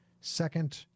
second